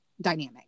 dynamic